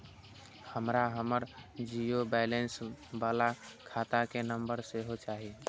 हमरा हमर zero balance बाला खाता के नम्बर सेहो चाही